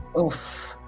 Oof